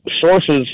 sources